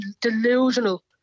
delusional